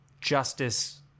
justice